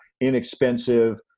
inexpensive